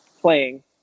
playing